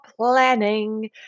planning